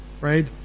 right